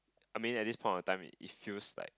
I mean at the point of time it feels like